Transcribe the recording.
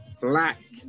black